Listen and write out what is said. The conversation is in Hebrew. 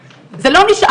אבל מיכל, זה נשחק.